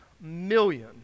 million